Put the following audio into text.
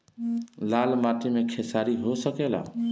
लाल माटी मे खेसारी हो सकेला?